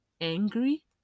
angry